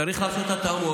צריך לעשות התאמות.